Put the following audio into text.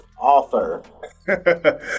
author